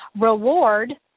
reward